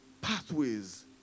pathways